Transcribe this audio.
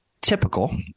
Typical